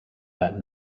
that